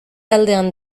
aldean